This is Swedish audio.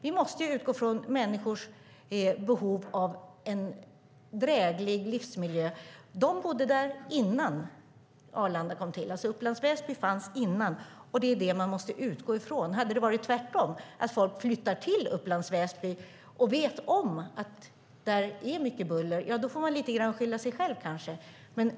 Vi måste utgå från människors behov av en dräglig livsmiljö. Upplands Väsby fanns innan Arlanda kom till. Det är det som man måste utgå ifrån. Om det är tvärtom, att folk flyttar till Upplands Väsby och vet att det är mycket buller där får man kanske skylla sig själv.